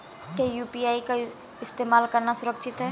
क्या यू.पी.आई का इस्तेमाल करना सुरक्षित है?